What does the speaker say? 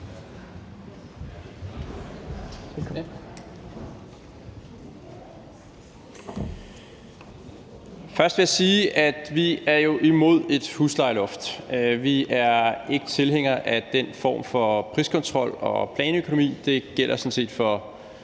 Først vil jeg sige, at vi jo er imod et huslejeloft. Vi er ikke tilhængere af den form for priskontrol og planøkonomi. Det gælder sådan set for